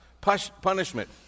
punishment